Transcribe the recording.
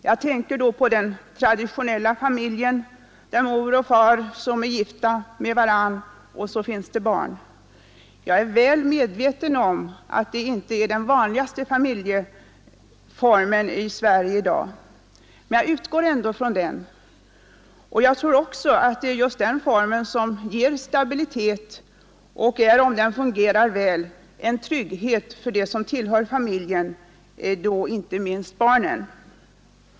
Jag tänker då på den traditionella familjen, mor och far som är gifta med varandra och deras barn. Jag är väl medveten om att det i dag inte är den vanligaste familjeformen i Sverige, men jag utgår ändå ifrån den, och jag tror också att det är just den formen som ger stabilitet och att den, om den fungerar väl, utgör en trygghet för dem som tillhör familjen, inte minst barnen.